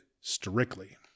strictly